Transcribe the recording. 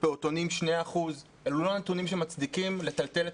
בפעוטונים 2%. אלה לא נתונים שמצדיקים לטלטל את